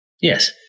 Yes